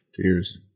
Cheers